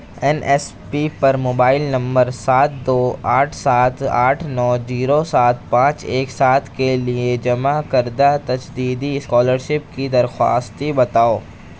N S P پر mobile number سات دو آٹھ سات آٹھ نو زیرو سات پانچ ایک سات کے لیے جمع کردہ تجدیدی اسکالرشپ کی درخواستیں بتاؤ